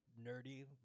nerdy